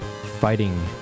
fighting